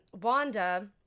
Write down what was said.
Wanda